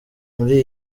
muri